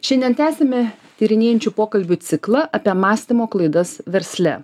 šiandien tęsiame tyrinėjančių pokalbių ciklą apie mąstymo klaidas versle